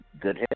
good